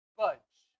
budge